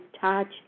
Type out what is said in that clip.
touch